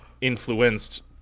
influenced